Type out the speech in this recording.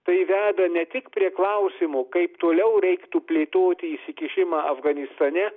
tai veda ne tik prie klausimo kaip toliau reiktų plėtoti įsikišimą afganistane